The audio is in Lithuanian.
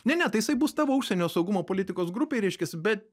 ne ne tai jisai bus tavo užsienio saugumo politikos grupėj reiškiasi bet